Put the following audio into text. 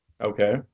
okay